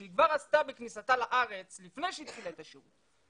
שהיא כבר עשתה בכניסתה לארץ לפני שהיא התחילה את השירות,